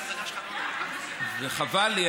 חבל לי.